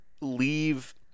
leave